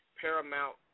Paramount